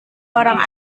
orang